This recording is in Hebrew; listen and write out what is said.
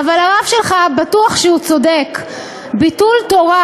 "אבל הרב שלך בטוח שהוא צודק, 'ביטול תורה'